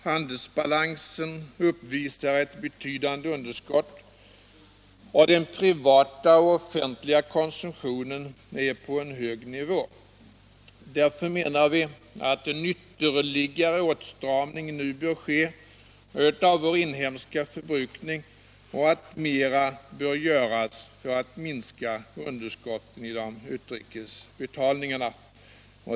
Handelsbalansen uppvisar ett betydande underskott och den privata och offentliga konsumtionen är på en hög nivå. Därför menar vi att en ytterligare åtstramning nu bör ske av vår inhemska förbrukning och att mera bör göras för att minska underskotten i de utrikes betalningarna.